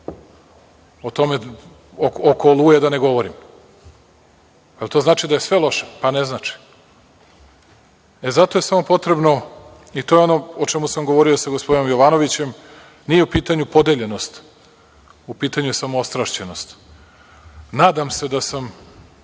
Oko „Oluje“ da ne govorim. Je li to znači da je sve loše? Pa ne znači. Zato je samo potrebno, i to je ono o čemu sam govorio sa gospodinom Jovanovićem, nije u pitanju podeljenost, u pitanju je samo ostrašćenost. Nadam se da sam